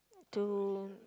to